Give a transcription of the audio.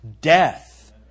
death